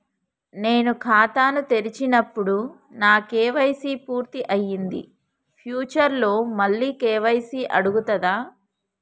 నేను ఖాతాను తెరిచినప్పుడు నా కే.వై.సీ పూర్తి అయ్యింది ఫ్యూచర్ లో మళ్ళీ కే.వై.సీ అడుగుతదా?